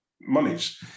monies